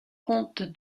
compte